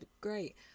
Great